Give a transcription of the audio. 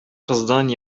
кыздан